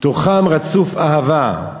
תוכם רצוף אהבה,